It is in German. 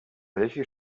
welche